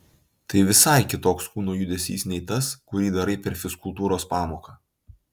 tai visai kitoks kūno judesys nei tas kurį darai per fizkultūros pamoką